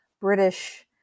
British